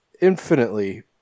infinitely